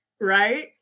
right